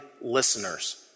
listeners